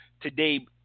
today